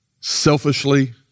selfishly